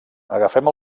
agafem